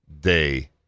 day